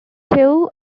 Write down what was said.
two